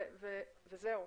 וזהו.